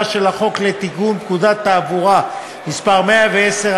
של החוק לתיקון פקודת התעבורה (מס' 110),